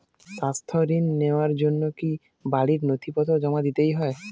স্বাস্থ্য ঋণ নেওয়ার জন্য কি বাড়ীর নথিপত্র জমা দিতেই হয়?